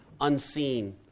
unseen